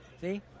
See